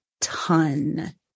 ton